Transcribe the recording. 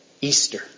Easter